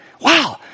wow